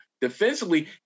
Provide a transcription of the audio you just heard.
defensively